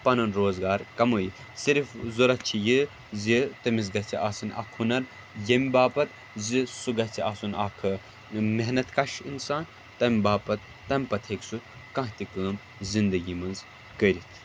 پَنُن روزگار کمٲوِتھ صِرِف ضروٗرت چھِ یہِ زِ تٔمِس گَژِھ آسٕنۍ اَکھ ہۄنَر ییٚمہِ باپَتھ زِ سُہ گَژِھ آسُن اَکھ محنَت کَش اِنسان تَمہِ باپَتھ تَمہِ پَتہٕ ہؠکہِ سُہ کانٛہہ تہِ کٲم زِنٛدَگِی منٛز کٔرِتھ